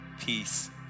peace